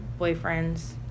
boyfriends